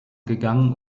gegangen